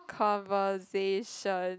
conversation